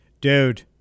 dude